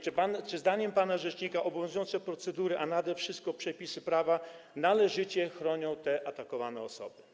Czy zdaniem pana rzecznika obowiązujące procedury, a nade wszystko przepisy prawa należycie chronią te atakowane osoby?